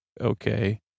Okay